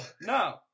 No